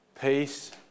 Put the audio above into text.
peace